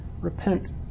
Repent